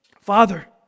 Father